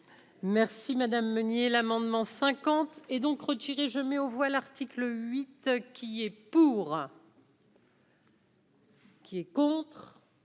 Merci madame Meunier, l'amendement 50 et donc retiré je mets aux voix, l'article 8 qui est pour. Qui est contre.